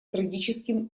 трагическим